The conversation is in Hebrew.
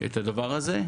את הדבר הזה.